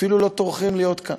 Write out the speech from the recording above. אפילו לא טורחים להיות כאן,